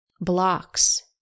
Blocks